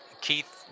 Keith